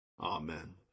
Amen